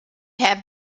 have